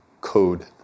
code